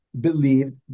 believed